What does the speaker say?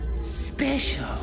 Special